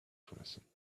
crossing